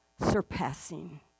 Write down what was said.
surpassing